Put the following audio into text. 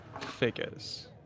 figures